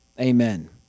Amen